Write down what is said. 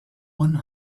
one